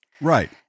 Right